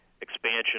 expansion